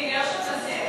מי, גרשון מסיקה?